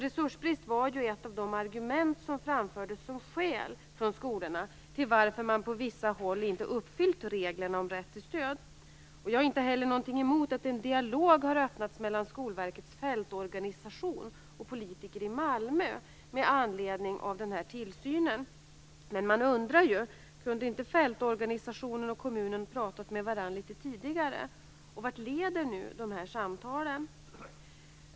Resursbrist var ju ett av de argument som framfördes som skäl från skolorna till att man på vissa håll inte uppfyllt reglerna om rätt till stöd. Jag har inte heller något emot att en dialog har öppnats mellan Skolverkets fältorganisation och politiker i Malmö med anledning av den här tillsynen. Men man undrar ju: Kunde inte fältorganisationen och kommunen ha pratat med varandra litet tidigare? Och vart leder nu de här samtalen?